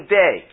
day